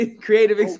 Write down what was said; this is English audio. Creative